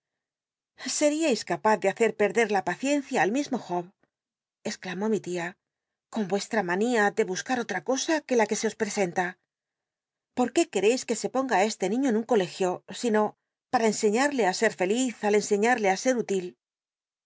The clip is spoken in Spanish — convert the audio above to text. seríais capaz de hacer perder la paciencia al mismo job exclamó mi lía con ueslra manía de buscar otra cosa que in que se os presenta por qué queréis que se ponga ü este niiío en un colegio ino para enseñal'le í ser feliz al enseiiarle á ser úlil